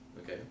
Okay